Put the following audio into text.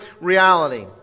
reality